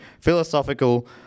Philosophical